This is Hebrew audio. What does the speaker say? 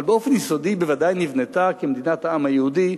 אבל באופן יסודי היא בוודאי נבנתה כמדינת העם היהודי,